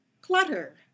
clutter